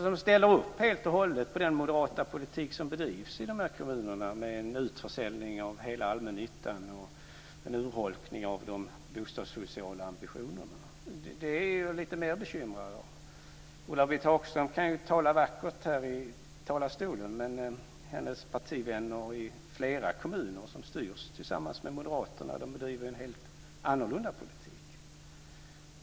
De ställer upp helt och hållet på den moderata politik som bedrivs i de här kommunerna med en utförsäljning av hela allmännyttan och en urholkning av de bostadssociala ambitionerna. Det är jag lite mer bekymrad över. Ulla-Britt Hagström kan ju tala vackert här i talarstolen, men hennes partivänner i flera kommuner som styrs av dem tillsammans med moderaterna bedriver en helt annorlunda politik.